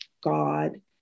God